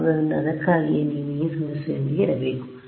ಆದ್ದರಿಂದ ಅದಕ್ಕಾಗಿಯೇ ನೀವು ಈ ಸಮಸ್ಯೆಯೊಂದಿಗೆ ಇರಬೇಕು